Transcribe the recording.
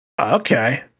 Okay